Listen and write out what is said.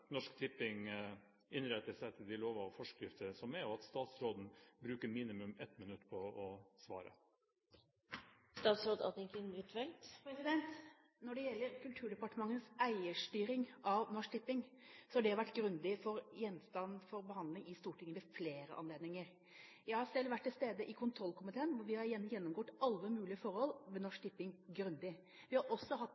Norsk Tipping innretter seg etter de lover og forskrifter som gjelder, og at statsråden bruker minimum ett minutt på å svare. Når det gjelder Kulturdepartementets eierstyring av Norsk Tipping, har det vært gjenstand for grundig behandling i Stortinget ved flere anledninger. Jeg har selv vært til stede i kontrollkomiteen, hvor vi grundig har gjennomgått alle mulige forhold ved Norsk